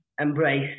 embrace